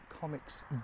Comics